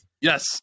Yes